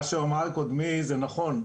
מה שאמר קודמי זה נכון.